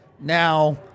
Now